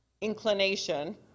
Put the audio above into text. inclination